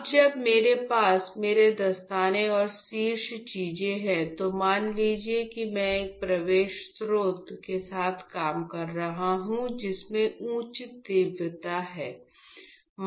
अब जब मेरे पास मेरे दस्ताने और शेष चीजें हैं तो मान लीजिए कि मैं एक प्रकाश स्रोत के साथ काम कर रहा हूं जिसमें उच्च तीव्रता है